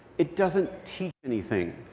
it doesn't teach anything.